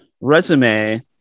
resume